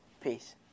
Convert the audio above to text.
Peace